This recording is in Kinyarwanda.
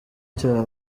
cya